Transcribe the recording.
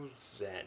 zen